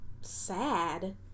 sad